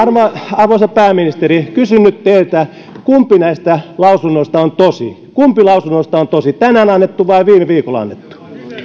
arvoisa pääministeri kysyn nyt teiltä kumpi näistä lausunnoista on tosi kumpi lausunnoista on tosi tänään annettu vai viime viikolla annettu